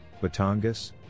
Batangas